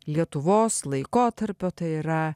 lietuvos laikotarpio tai yra